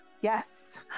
Yes